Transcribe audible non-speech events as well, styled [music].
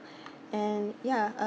[breath] and ya uh